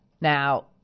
Now